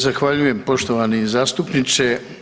Zahvaljujem poštovani zastupniče.